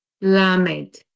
Lamed